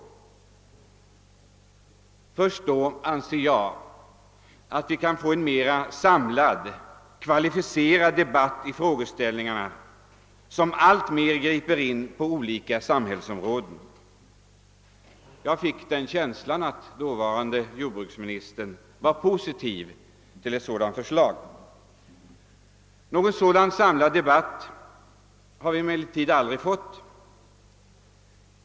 Först då — anser jag — kan vi få en mera samlad, kvalificerad debatt kring dessa frågeställningar, som alltmer griper in på olika samhällsområden. Jag fick den känslan att dåvarande jordbruksministern var positivt inställd till ett sådant förslag. Någon samlad debatt har vi emellertid aldrig fått.